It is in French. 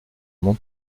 mon